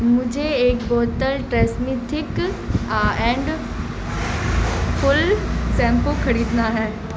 مجھے ایک بوتل Tresemme thick and full shampoo خریدنا ہے